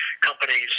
companies